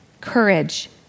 courage